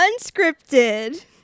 Unscripted